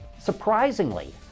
Surprisingly